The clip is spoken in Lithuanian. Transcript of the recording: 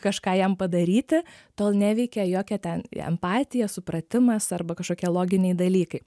kažką jam padaryti tol neveikia jokia ten empatija supratimas arba kažkokie loginiai dalykai